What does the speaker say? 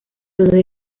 solo